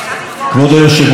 חברי הכנסת,